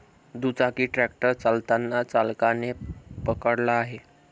दुचाकी ट्रॅक्टर चालताना चालकाने पकडला आहे